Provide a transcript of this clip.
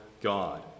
God